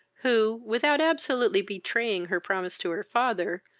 who, without absolutely betraying her promise to her father,